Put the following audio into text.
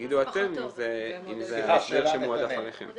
תגידו אתם אם זה ההסדר שמועדף עליכם.